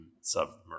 submarine